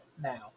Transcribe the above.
now